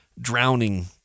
drowning